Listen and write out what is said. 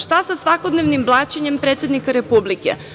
Šta sa svakodnevnim blaćenjem predsednika Republike?